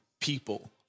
people